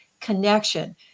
connection